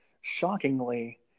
shockingly